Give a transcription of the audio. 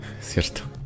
Cierto